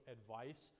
advice